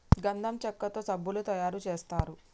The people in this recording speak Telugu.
గంధం చెక్కతో సబ్బులు తయారు చేస్తారు